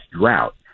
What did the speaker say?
drought